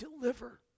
Deliver